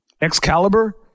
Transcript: Excalibur